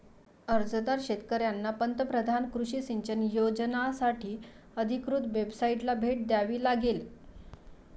अर्जदार शेतकऱ्यांना पंतप्रधान कृषी सिंचन योजनासाठी अधिकृत वेबसाइटला भेट द्यावी लागेल